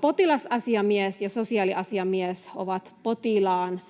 Potilasasiamies ja sosiaaliasiamies ovat potilaan